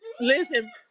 Listen